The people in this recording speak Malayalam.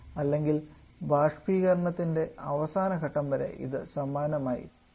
അല്ലെങ്കിൽ ബാഷ്പീകരണത്തിന്റെ അവസാന ഘട്ടം വരെ ഇത് സമാനമായി തുടരും